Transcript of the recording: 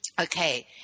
Okay